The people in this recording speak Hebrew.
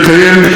הכול חשוב,